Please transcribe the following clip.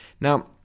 Now